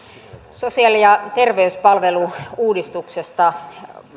sosiaali ja terveyspalvelu uudistuksesta